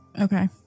Okay